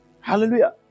Hallelujah